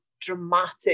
dramatic